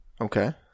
Okay